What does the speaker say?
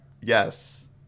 yes